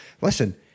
Listen